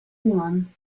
one